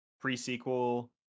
pre-sequel